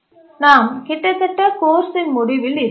நாம் கிட்டத்தட்ட கோர்ஸ்சின் முடிவில் இருக்கிறோம்